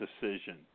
decision